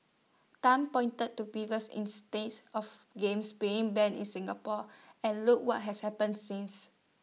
Tan pointed to previous instances of games being banned in Singapore and look what has happened since